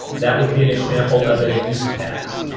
that would be an example of a use tax.